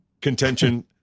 contention